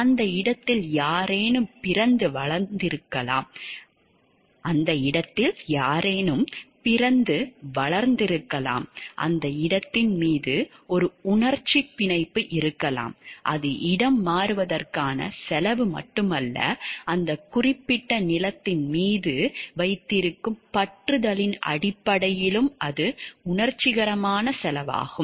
அந்த இடத்தில் யாரேனும் பிறந்து வளர்ந்திருக்கலாம் அந்த இடத்தின் மீது ஒரு உணர்ச்சிப் பிணைப்பு இருக்கலாம் அது இடம் மாறுவதற்கான செலவு மட்டுமல்ல அந்த குறிப்பிட்ட நிலத்தின் மீது நீங்கள் வைத்திருக்கும் பற்றுதலின் அடிப்படையிலும் அது உணர்ச்சிகரமான செலவாகும்